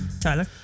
Tyler